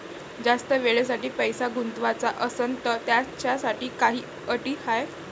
जास्त वेळेसाठी पैसा गुंतवाचा असनं त त्याच्यासाठी काही अटी हाय?